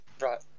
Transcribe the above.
Right